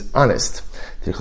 honest